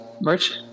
Merch